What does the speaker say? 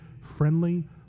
friendly